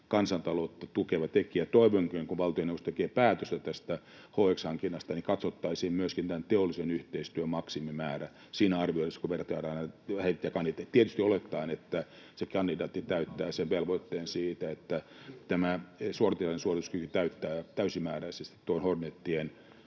kansantaloutta tukeva tekijä. Toivonkin, kun valtioneuvosto tekee päätöstä tästä HX-hankinnasta, että katsottaisiin myöskin tämän teollisen yhteistyön maksimimäärä siinä arvioinnissa, kun vertaillaan näitä hävittäjäkandidaatteja, tietysti olettaen, että se kandidaatti täyttää sen velvoitteen siitä, että tämä suorituskyky täyttää täysimääräisesti tuon Hornetien